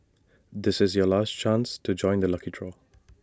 this is your last chance to join the lucky draw